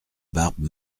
barbe